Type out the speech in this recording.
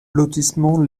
lotissement